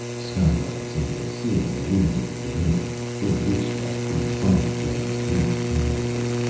skylights in the ceiling illuminated the room, in which light the fire-gems winked pallidly.